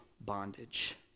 bondage